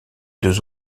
deux